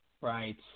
Right